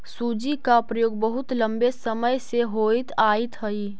सूजी का प्रयोग बहुत लंबे समय से होइत आयित हई